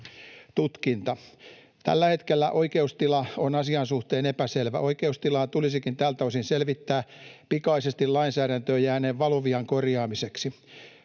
tutkinta. Tällä hetkellä oikeustila on asian suhteen epäselvä. Oikeustilaa tulisikin tältä osin selvittää pikaisesti lainsäädäntöön jääneen valuvian korjaamiseksi.